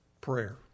prayer